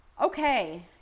Okay